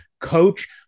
Coach